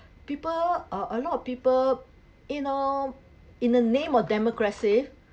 people uh a lot of people you know in the name of democracy